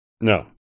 no